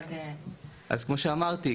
אז כמו שאמרתי,